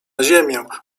ziemię